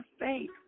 faith